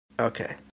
Okay